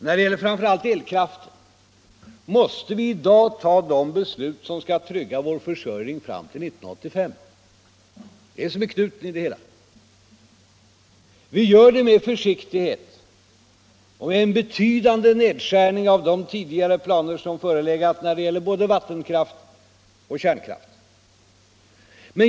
När det gäller framför allt elkraften måste vi i dag ta de beslut som skall trygga vår försörjning fram till 1985. Det är knuten i det hela. Vi gör det med försiktighet och med en betydande nedskärning av tidigare planer beträffande både vattenkraft och kärnkraft.